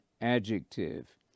adjective